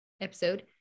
episode